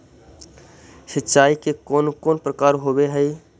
सिंचाई के कौन कौन प्रकार होव हइ?